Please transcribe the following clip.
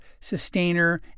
sustainer